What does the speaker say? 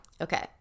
Okay